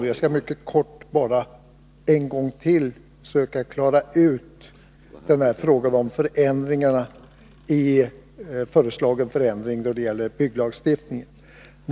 Jag skall därför mycket kort ännu en gång söka klara ut frågan om den föreslagna förändringen då det gäller bygglagstiftningen.